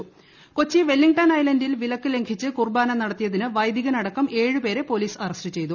arrest ചെയ്തു Kochi Wellington ഐലന്റിൽ വിലക്കു ലംഘിച്ച് കുർബാന നടത്തിയതിന് വൈദികൻ അടക്കം ഏഴുപേരെ പോലീസ് അറസ്റ്റ് ചെയ്തു